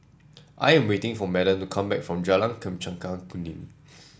I am waiting for Madden to come back from Jalan Chempaka Kuning